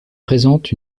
présente